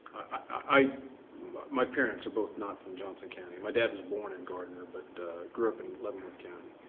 i my parents are both not from johnson county. my dad was born in gardner but grew up in leavenworth county.